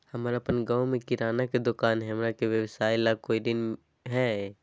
हमर अपन गांव में किराना के दुकान हई, हमरा के व्यवसाय ला कोई ऋण हई?